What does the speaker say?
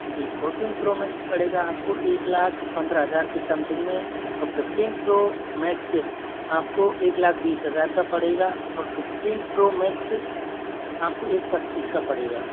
जी fourteen pro max पड़ेगा आपको एक लाख पंद्रह हजार के समथिंग में और फिफ्टीन प्रो मैक्स आपको एक लाख बीस हजार का पड़ेगा और फिफ्टीन प्रो मैक्स आपको एक पच्चीस का पड़ेगा